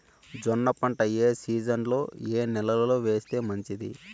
జొన్న పంట ఏ సీజన్లో, ఏ నెల లో వేస్తే మంచిది?